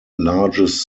largest